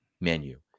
menu